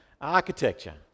architecture